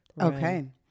Okay